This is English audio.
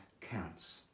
counts